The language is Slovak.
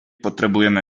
potrebujeme